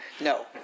No